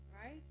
right